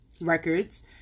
records